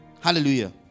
Hallelujah